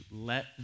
Let